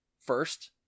first